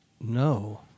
No